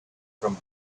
from